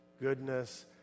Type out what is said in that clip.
goodness